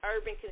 Urban